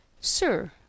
sir